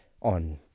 on